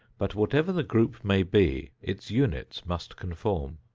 but whatever the group may be, its units must conform.